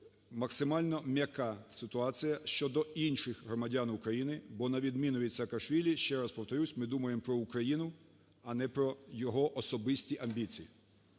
максимально м'яка ситуація щодо інших громадян України, бо на відміну від Саакашвілі, ще раз повторюсь, ми думаємо про Україну, а не про його особисті амбіції.